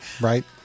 right